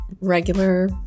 regular